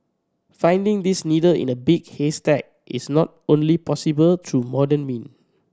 finding this needle in a big haystack is not only possible through modern mean